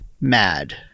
mad